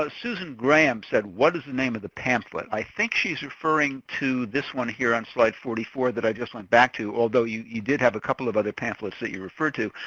susan graham said what is the name of the pamphlet? i think she's referring to this one here on slide forty four, that i just went back to, although you you did have a couple of other pamphlets that you referred to.